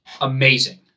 amazing